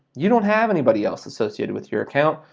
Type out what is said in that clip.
you don't have anybody else associated with your account.